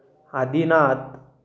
Adinath